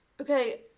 Okay